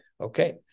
Okay